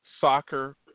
Soccer